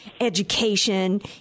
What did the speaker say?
education